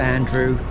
Andrew